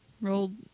rolled